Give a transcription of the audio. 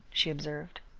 she observed,